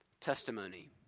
testimony